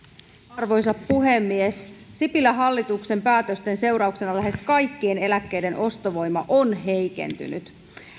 arvoisa puhemies sipilän hallituksen päätösten seurauksena lähes kaikkien eläkkeiden ostovoima on heikentynyt